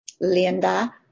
Linda